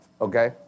Okay